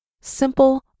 simple